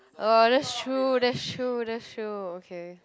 uh that's true that's true that's true okay